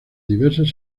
diversas